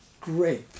great